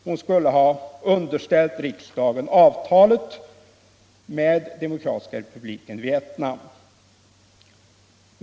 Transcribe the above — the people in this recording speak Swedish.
Hon skulle ha underställt riksdagen avtalet med Demokratiska republiken Vietnam.